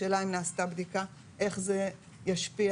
השאלה אם נעשתה בדיקה איך זה ישפיע?